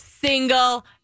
single